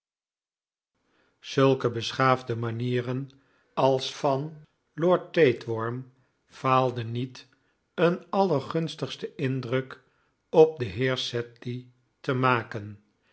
ulke beschaafde manieren als van lord tapeworm faalden niet een allergunstigsten indruk op den heer sedley te maken